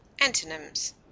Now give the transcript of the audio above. Antonyms